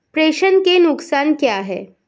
प्रेषण के नुकसान क्या हैं?